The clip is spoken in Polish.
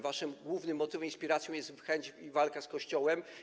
Waszym głównym motywem, inspiracją jest chęć walki z Kościołem.